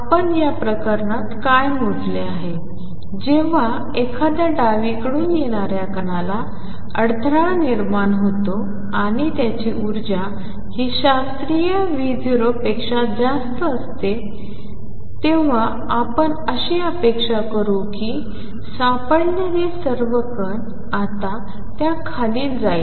तर आपण या प्रकरणात काय मोजले आहे जेव्हा एखाद्या डावीकडून येणाऱ्या कणाला अडथळा निर्माण होतो आणि त्याची उर्जा हि शास्त्रीय V0 पेक्षा जास्त असते जर आपण अशी अपेक्षा करू की सापडलेले सर्व कण आता त्या खाली जाईल